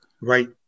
Right